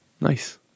Nice